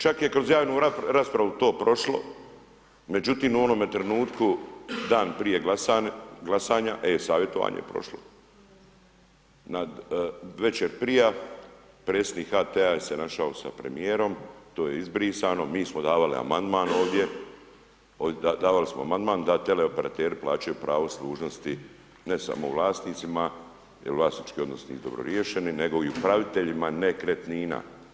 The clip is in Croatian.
Čak je kroz javnu raspravu to prošlo, međutim, u onome trenutku dan prije glasanja, e-savjetovanje je prošlo, već je prije, predsjednik HT-a se našao sa premjerom, to je izbrisano, mi smo davali amandman ovdje, davali smo amandman, da teleoperateri plaćaju pravo služnosti, ne samo vlasnicima, jer vlasnički odnos nije dobro riješen nego i upravitelja nekretnina.